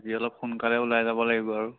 আজি অলপ সোনকালে ওলাই যাব লাগিব আৰু